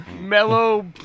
Mellow